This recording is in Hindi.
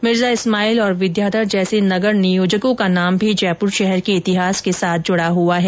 मिर्जा इस्माइल और विद्याधर जैसे नगर नियोजकों का नाम भी जयपूर शहर के इतिहास के साथ जुड़ा हुआ है